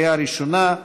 בקריאה ראשונה,